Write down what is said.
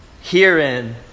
herein